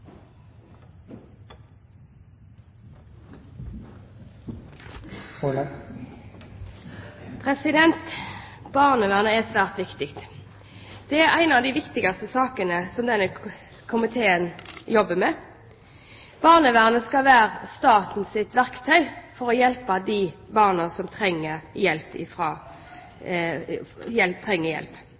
skissert. Barnevernet er svært viktig. Det er en av de viktigste sakene som denne komiteen jobber med. Barnevernet skal være statens verktøy for å hjelpe de barna som trenger hjelp.